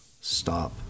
stop